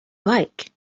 like